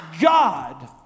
God